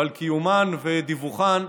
על קיומן ודיווחן.